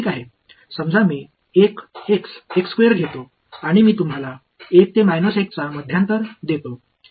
समजा मी घेतो आणि मी तुम्हाला 1 ते 1 चा मध्यांतर देतो